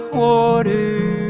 water